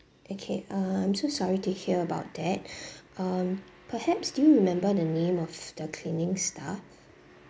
okay um I'm so sorry to hear about that um perhaps do you remember the name of the cleaning staff